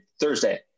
thursday